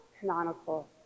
canonical